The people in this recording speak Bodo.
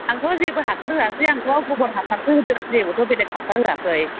आंथ' जेबो हासार होआखै आंथ' गबर हासारसो होदों जेबोथ' बेलेक हासार होआखै